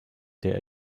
der